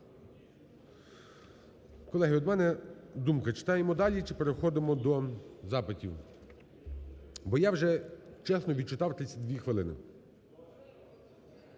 Колеги, от у мене думка, читаємо далі чи переходимо до запитів? Бо я вже чесно відчитав 32 хвилини.